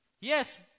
Yes